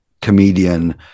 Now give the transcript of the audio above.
comedian